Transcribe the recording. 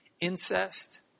Incest